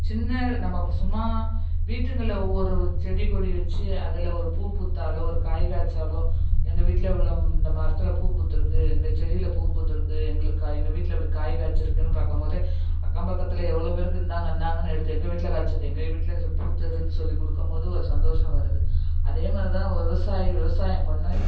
சின்ன நம்ம சும்மா வீட்டுங்களில் ஒவ்வொரு செடிக்கொடி வச்சு அதில் ஒரு பூ பூத்தாலோ ஒரு காய் காய்ச்சாலோ எங்கள் வீட்டில் உள்ளே இந்த மரத்தில் பூ பூத்துருக்குது இந்த செடியில் பூ பூத்துருக்குது எங்களுக்கு எங்கள் வீட்டில் இப்படி காய் காய்ச்சிருக்குன்னு பார்க்கம் போது அக்கம்பக்கத்தில் எவ்வளோ பேருக்கு இந்தாங்க இந்தாங்கன்னு எடுத்து எங்கள் வீட்டில் காய்ச்சது எங்கள் வீட்டில் பூத்ததுனு சொல்லி கொடுக்கம் போது ஒரு சந்தோசம் வருது அதே மாதிரி தான் ஒரு விவசாயி விவசாயம் பண்ணி